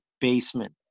basement